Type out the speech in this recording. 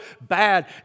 bad